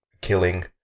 killing